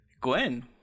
Gwen